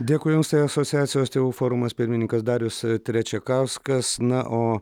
dėkui jums tai asociacijos tėvų forumas pirmininkas darius trečiakauskas na o